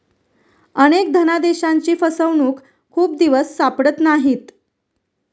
अनेक धनादेशांची फसवणूक खूप दिवस सापडत नाहीत